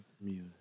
music